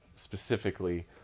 specifically